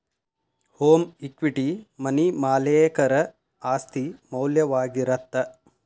home equity money ಮಾಲೇಕರ ಆಸ್ತಿ ಮೌಲ್ಯವಾಗಿರತ್ತ